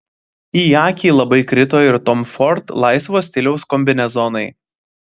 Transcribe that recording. į akį labai krito ir tom ford laisvo stiliaus kombinezonai